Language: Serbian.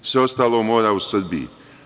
Sve ostalo mora u Srbiji.